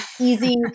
easy